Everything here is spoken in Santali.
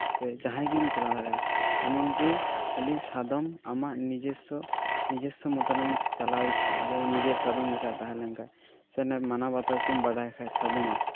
ᱥᱮ ᱡᱟᱦᱟᱸᱭ ᱜᱮᱢ ᱪᱟᱞᱟᱣ ᱫᱟᱲᱭᱟᱜᱼᱟ ᱮᱢᱚᱱ ᱠᱤ ᱠᱷᱟᱹᱞᱤ ᱥᱟᱫᱚᱢ ᱟᱢᱟᱜ ᱱᱤᱡᱮᱥᱥᱚ ᱱᱤᱡᱮᱥᱥᱚ ᱢᱚᱛᱚ ᱨᱮᱢ ᱪᱟᱞᱟᱣᱮ ᱠᱷᱟᱡ ᱡᱮᱢᱚᱱ ᱱᱤᱡᱮᱨ ᱥᱟᱫᱚᱢ ᱞᱮᱠᱟᱭ ᱛᱟᱦᱮᱸ ᱞᱮᱱ ᱠᱷᱟᱡ ᱥᱮ ᱢᱟᱱᱟᱣ ᱵᱟᱛᱟᱣ ᱪᱚᱢ ᱵᱟᱰᱟᱭ ᱠᱷᱟᱡ ᱥᱟᱫᱚᱢᱟᱜ